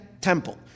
temple